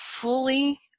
fully